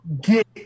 Get